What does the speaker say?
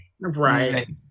Right